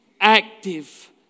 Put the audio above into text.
active